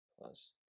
plus